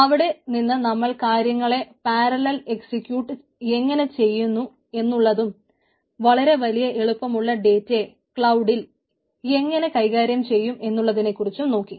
അവിടെ നിന്ന് നമ്മൾ കാര്യങ്ങളെ പാരലൽ എക്സിക്യൂട്ട് എങ്ങനെ ചെയ്യുന്നു എന്നുള്ളതും വളരെ വലിയ വലുപ്പമുള്ള ഡേറ്റയെ ക്ലൌഡിൽ എങ്ങനെ കൈകാര്യം ചെയ്യും എന്നുള്ളതിനെ നോക്കി